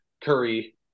Curry